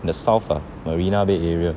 the south ah marina bay area